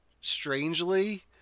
strangely